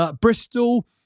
Bristol